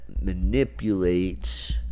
manipulates